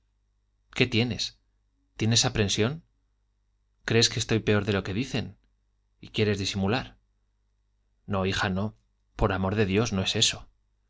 qué tienes tienes aprensión crees que estoy peor de lo que dicen y quieres disimular no hija no por amor de dios no es eso